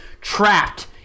trapped